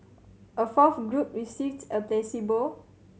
a fourth group received a placebo